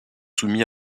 soumis